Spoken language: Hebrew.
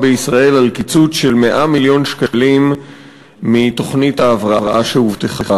בישראל על קיצוץ של 100 מיליון שקלים מתוכנית ההבראה שהובטחה,